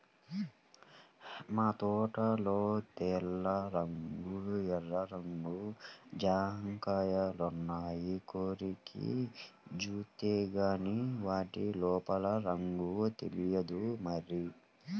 మా తోటలో తెల్ల రంగు, ఎర్ర రంగు జాంకాయలున్నాయి, కొరికి జూత్తేగానీ వాటి లోపల రంగు తెలియదు మరి